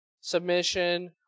submission